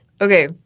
Okay